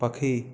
পাখি